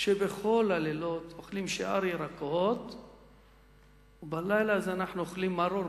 שבכל הלילות אוכלין שאר ירקות ובלילה הזה אנחנו אוכלים מרור.